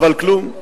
אבל כלום.